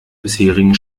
bisherigen